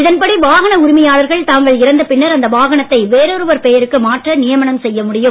இதன்படி வாகன உரிமையாளர்கள் தாங்கள் இறந்த பின்னர் அந்த வாகனத்தை வேறோருவர் பெயருக்கு மாற்ற நியமனம் செய்ய முடியும்